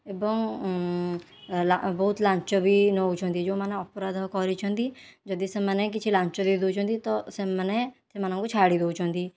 ଏବଂ ଲା ବହୁତ ଲାଞ୍ଚ ବି ନେଉଛନ୍ତି ଯେଉଁମାନେ ଅପରାଧ କରିଛନ୍ତି ଯଦି ସେମାନେ କିଛି ଲାଞ୍ଚ ଦେଇଦେଉଛନ୍ତି ତ ସେମାନେ ସେମାନଙ୍କୁ ଛାଡ଼ି ଦେଉଛନ୍ତି